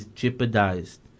jeopardized